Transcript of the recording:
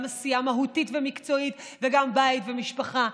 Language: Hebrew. עשייה מהותית ומקצועית וגם בית ומשפחה.